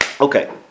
Okay